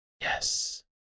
yes